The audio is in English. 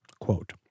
quote